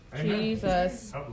Jesus